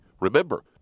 Remember